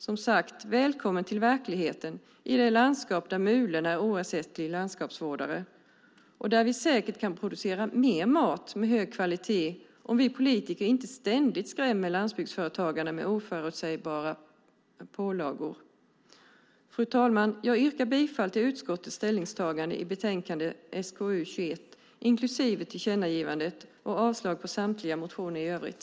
Som sagt: Välkomna till verkligheten i det landskap där mulen är en oersättlig landskapsvårdare - och där vi säkert kan producera mer mat med hög kvalitet om vi politiker inte ständigt skrämmer landsbygdsföretagarna med oförutsägbara pålagor. Fru talman! Jag yrkar bifall till utskottets ställningstagande i betänkande SkU21 inklusive tillkännagivandet och avslag på samtliga motioner i övrigt.